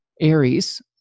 Aries